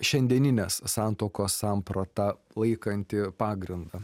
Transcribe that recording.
šiandieninės santuokos sampratą laikantį pagrindą